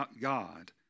God